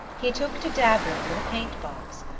he took to dabbling with a paint-box,